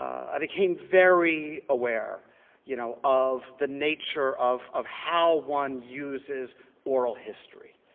i became very aware you know of the nature of of how one uses oral history.